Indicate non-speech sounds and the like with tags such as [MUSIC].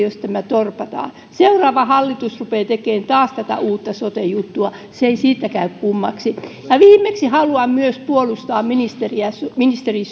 [UNINTELLIGIBLE] jos tämä torpataan seuraava hallitus rupeaa tekemään taas uutta sote juttua se ei siitä käy kummemmaksi ja viimeiseksi haluan puolustaa ministeri [UNINTELLIGIBLE]